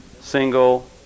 single